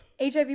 HIV